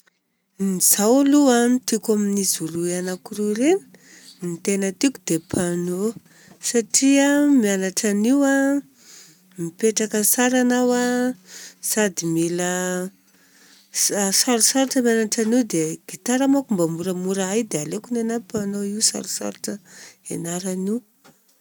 Izaho aloha a, ny tiako amin'izy roy anakiroy ireny, ny tena tiako dia piano satria mianatra an'io a, mipetraka tsara anao a, sady mila Sarosarotra mianatra an'io dia, gitara mako mba moramora hay, dia aleoko ny anahy piano io sarosarotra ianarana io